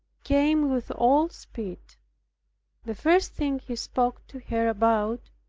came with all speed the first thing he spoke to her about,